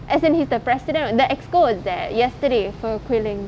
as in he's the president the executive committee was there yesterday for quilling